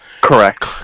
Correct